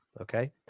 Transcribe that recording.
Okay